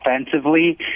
offensively